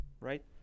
right